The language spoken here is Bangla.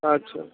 আচ্ছা